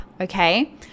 okay